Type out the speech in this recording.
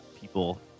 people